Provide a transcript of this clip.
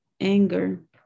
anger